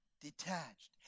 detached